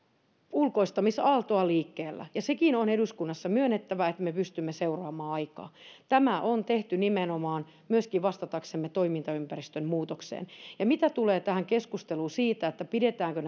ulkoistamisaaltoa liikkeellä ja sekin on eduskunnassa myönnettävä että me pystymme seuraamaan aikaa tämä on tehty nimenomaan myöskin vastataksemme toimintaympäristön muutokseen mitä tulee tähän keskusteluun siitä pidetäänkö